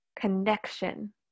connection